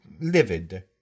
livid